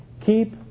keep